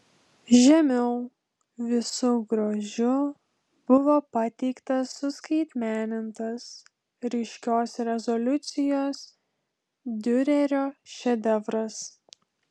žemiau visu grožiu buvo pateiktas suskaitmenintas ryškios rezoliucijos diurerio šedevras